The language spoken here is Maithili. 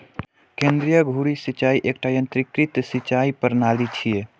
केंद्रीय धुरी सिंचाइ एकटा यंत्रीकृत सिंचाइ प्रणाली छियै